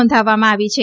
નોંધવામાં આવી છે